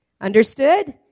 Understood